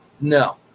No